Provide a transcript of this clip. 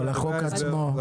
אבל החוק עצמו מתייחס לכולם.